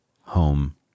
home